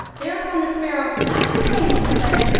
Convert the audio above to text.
thereupon the sparrow clapped his wings and said,